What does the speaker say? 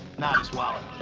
not his wallet.